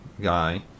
guy